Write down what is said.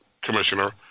Commissioner